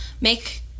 make